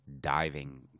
diving